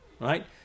right